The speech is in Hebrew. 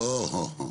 לא,